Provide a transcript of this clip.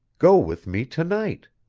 go with me to-night.